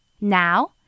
Now